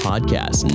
Podcast